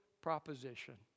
proposition